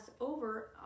over